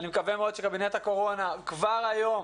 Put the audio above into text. אני מקווה מאוד שקבינט הקורונה כבר היום